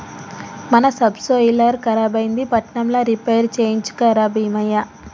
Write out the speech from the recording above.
మన సబ్సోయిలర్ ఖరాబైంది పట్నంల రిపేర్ చేయించుక రా బీమయ్య